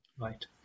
right